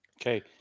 Okay